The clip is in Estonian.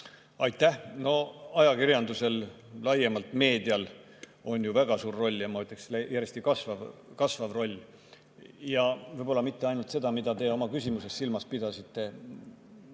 Aitäh! No ajakirjandusel, laiemalt meedial on ju väga suur roll ja ma ütleksin, et järjest kasvav roll. Võib-olla mitte ainult [ajakirjandus], mida te oma küsimuses silmas pidasite,